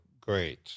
great